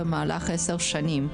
שם למען יוצאי אתיופיה,